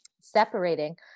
separating